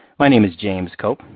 my name is james cope.